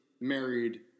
married